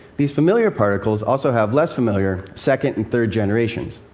these familiar particles also have less familiar second and third generations,